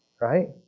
Right